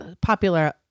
popular